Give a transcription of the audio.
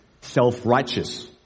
self-righteous